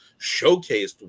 showcased